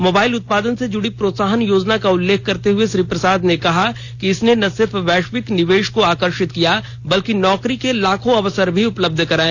mobile उत्पादन से जुड़ी प्रोत्साहन योजना का उल्लेख करते हुए श्री प्रसाद ने कहा कि इसने न सिर्फ वैश्विक निवेश को आकर्षित किया बल्कि नौकरी के लाखों अवसर भी उपलब्ध कराए